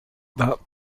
that